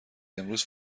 امروز